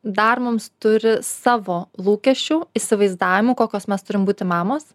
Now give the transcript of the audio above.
dar mums turi savo lūkesčių įsivaizdavimų kokios mes turim būti mamos